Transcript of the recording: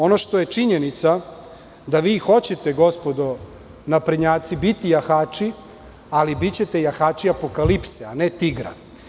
Ono što je činjenica jeste da vi hoćete, gospodo naprednjaci, biti jahači, ali bićete jahači apokalipse, a ne tigra.